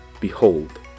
behold